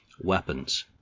Weapons